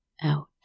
Out